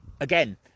again